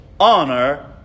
honor